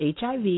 hiv